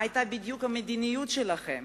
מה בדיוק היתה המדיניות שלכם?